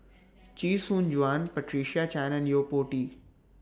Chee Soon Juan Patricia Chan and Yo Po Tee